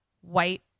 white